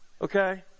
Okay